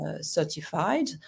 certified